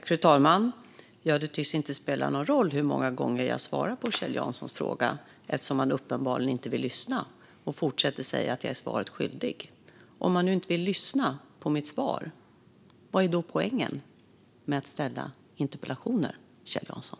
Fru talman! Det tycks inte spela någon roll hur många gånger jag svarar på Kjell Janssons fråga, eftersom han uppenbarligen inte vill lyssna och fortsätter att säga att jag är svaret skyldig. Om han nu inte vill lyssna på mitt svar: Vad är då poängen med att ställa interpellationer, Kjell Jansson?